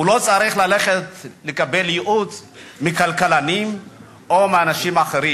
הוא לא צריך ללכת לקבל ייעוץ מכלכלנים או מאנשים אחרים.